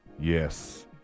Yes